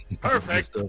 Perfect